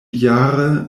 jare